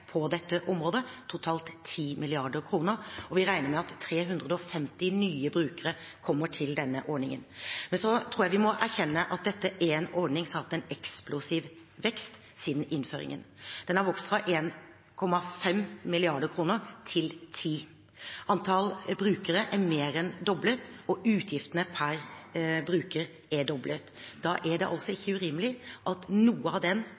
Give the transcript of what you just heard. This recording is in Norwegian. på dette området, totalt 10 mrd. kr., og vi regner med at 350 nye brukere kommer til denne ordningen. Jeg tror vi må erkjenne at dette er en ordning som har hatt en eksplosiv vekst siden innføringen. Den har vokst fra 1,5 mrd. kr til 10 mrd. kr. Antallet brukere er mer enn doblet, og utgiftene per bruker er doblet. Da er det altså ikke urimelig at noe av den